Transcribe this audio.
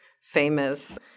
famous